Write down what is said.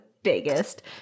Biggest